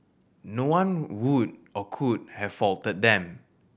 no one would or could have faulted them